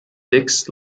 dix